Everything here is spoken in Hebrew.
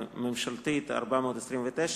מ/429,